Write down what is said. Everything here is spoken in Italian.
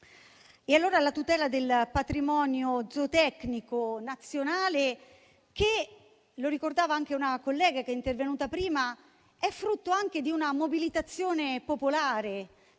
La tutela del patrimonio zootecnico nazionale - lo ricordava anche una collega intervenuta prima - è frutto anche di una mobilitazione popolare, di una